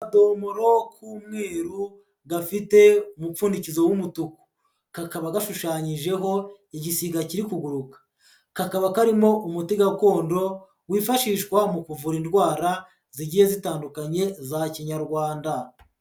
Akadomoro k'umweruru, gafite umupfundikizo w'umutuku, kakaba gashushanyijeho igisiga kiri kuguruka. Kakaba karimo umuti gakondo wifashishwa mu kuvura indwara zigiye zitandukanye za Kinyarwanda.